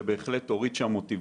המהלך הזה הוריד את המוטיבציה.